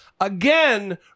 Again